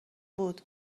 بود